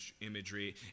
imagery